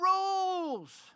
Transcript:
rules